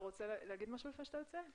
אתה רוצה להגיד משהו לפני שאתה יוצא?